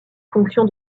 fonction